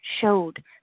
showed